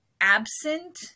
absent